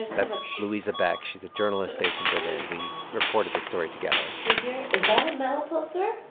that's luisa beck. she's a journalist based in berlin. we reported this story together yeah is that a metal poster?